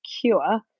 cure